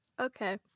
Okay